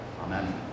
Amen